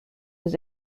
was